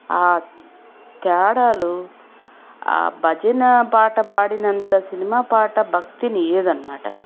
ఆ తేడాలు ఆ భజన పాట పాడినంత సినిమా పాట భక్తినియదనమాట